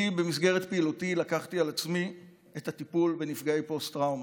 במסגרת פעילותי לקחתי על עצמי את הטיפול בנפגעי פוסט-טראומה.